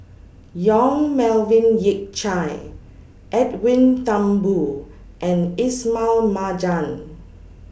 Yong Melvin Yik Chye Edwin Thumboo and Ismail Marjan